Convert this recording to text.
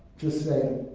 just saying.